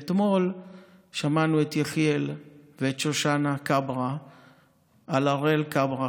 אתמול שמענו את יחיאל ואת שושנה כברה על הראל כברה,